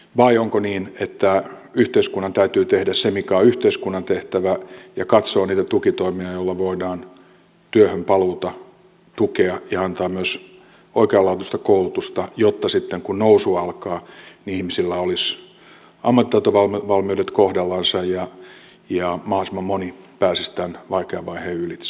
vai onko niin että yhteiskunnan täytyy tehdä se mikä on yhteiskunnan tehtävä ja katsoa niitä tukitoimia joilla voidaan työhön paluuta tukea ja antaa myös oikeanlaatuista koulutusta jotta sitten kun nousu alkaa ihmisillä olisi ammattitaitovalmiudet kohdallansa ja mahdollisimman moni pääsisi tämän vaikean vaiheen ylitse